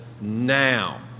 now